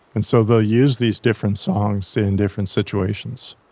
and so they'll use these different songs in different situations